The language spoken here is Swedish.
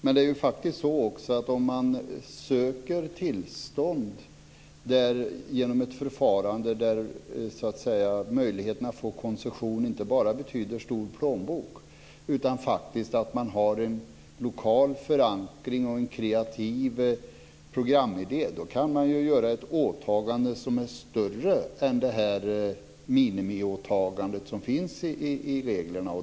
Det är ju faktiskt också så att om man söker tillstånd genom ett förfarande där möjligheterna att få koncession inte bara handlar om en stor plånbok utan att det faktiskt också gäller att ha en lokal förankring och en kreativ programidé så kan man göra ett åtagande som är större än det minimiåtagande som finns i reglerna.